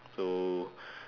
so